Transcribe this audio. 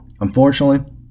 Unfortunately